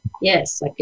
Yes